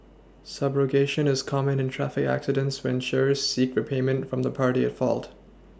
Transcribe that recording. subrogation is common in traffic accidents when insurers seek repayment from the party at fault